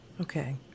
Okay